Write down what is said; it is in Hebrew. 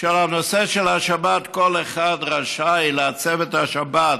שעל הנושא של השבת, כל אחד רשאי לעצב את השבת